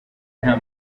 nta